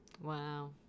Wow